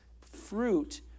fruit